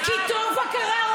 כי טובה קררו,